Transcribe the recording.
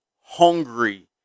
hungry